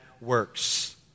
works